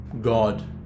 God